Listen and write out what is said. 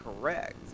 correct